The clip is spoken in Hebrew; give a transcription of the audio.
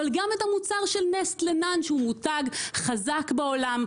אבל גם את המוצר של נסטלה NAN שהוא מותג חזק בעולם,